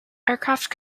aircraft